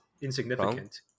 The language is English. insignificant